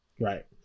Right